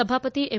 ಸಭಾಪತಿ ಎಂ